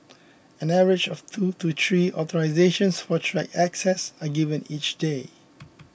an average of two to three authorisations for track access are given each day